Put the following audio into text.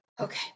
okay